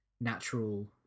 natural